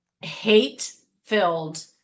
hate-filled